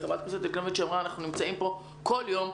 אנחנו נמצאים פה כל יום,